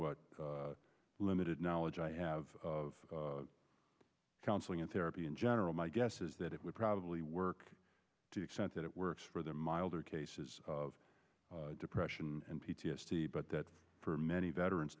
what limited knowledge i have of counseling and therapy in general my guess is that it would probably work to extent that it works for their milder cases of depression and p t s d but that for many veterans